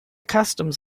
customs